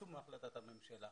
יישום החלטת הממשלה.